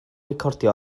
recordio